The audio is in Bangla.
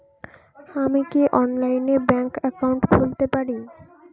আমি কি অনলাইনে ব্যাংক একাউন্ট খুলতে পারি?